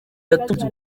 yatunze